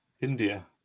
India